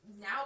now